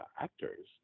actors